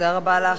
תודה רבה לך.